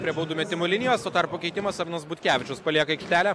prie baudų metimų linijos tuo tarpu keitimas arnas butkevičius palieka aikštelę